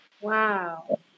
Wow